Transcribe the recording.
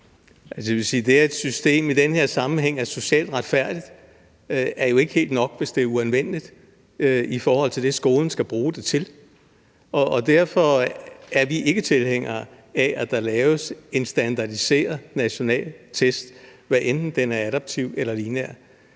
det, at et system i den her sammenhæng er socialt retfærdigt, er jo ikke helt nok, hvis det er uanvendeligt i forhold til det, skolen skal bruge det til. Og derfor er vi ikke tilhængere af, at der laves en standardiseret national test, hvad enten den er adaptiv eller lineær.